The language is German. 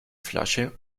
flasche